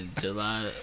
July